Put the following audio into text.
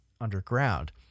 underground